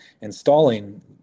installing